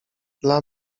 dla